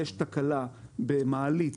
יש תקלה במעלית